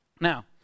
Now